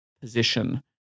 position